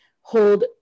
hold